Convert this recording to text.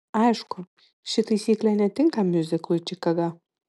aišku ši taisyklė netinka miuziklui čikaga